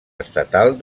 estatal